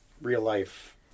real-life